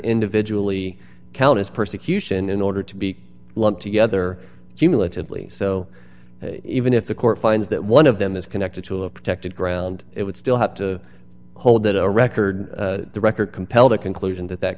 individually count as persecution in order to be lumped together cumulatively so even if the court finds that one of them is connected to a protected ground it would still have to hold that a record the record compelled a conclusion that that